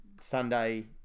Sunday